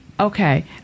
Okay